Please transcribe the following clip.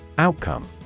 Outcome